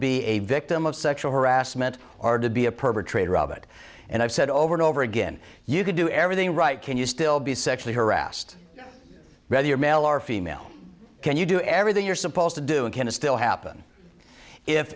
be a victim of sexual harassment or to be a perpetrator of it and i've said over and over again you can do everything right can you still be sexually harassed whether you're male or female can you do everything you're supposed to do and can it still happen if